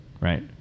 right